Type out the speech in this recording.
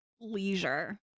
leisure